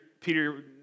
Peter